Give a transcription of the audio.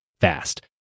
fast